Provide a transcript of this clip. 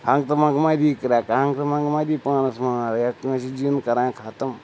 ہنٛگتہٕ منٛگہٕ ما دی کرٛیٚکہٕ ہنٛگتہٕ منٛگہٕ ما دی پانَس مار یا کٲنٛسہِ جِن کَران ختٕم